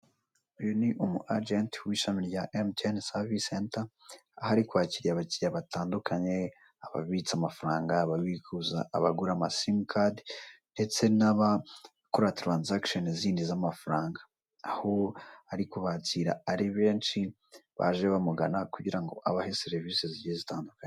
Uyu ni umu agenti w'ishami rya emutiyeni savisi senta, aho ari kwakira abakiriya batandukanye , ababitsa amafaranga, ababikuza, abagura amasimukadi ndetse n'abakora taranzagisheni z'indi z'amafaranga aho ari kubakira ari benshi aho baje bamugana kugira ngo abahe serivisi zigiye zitandukanye.